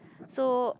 so